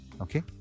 okay